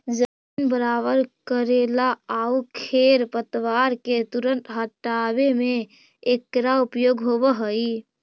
जमीन बराबर कऽरेला आउ खेर पतवार के तुरंत हँटावे में एकरा उपयोग होवऽ हई